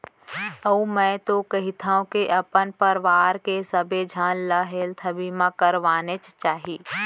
अउ मैं तो कहिथँव के अपन परवार के सबे झन ल हेल्थ बीमा करवानेच चाही